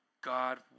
God